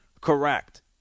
correct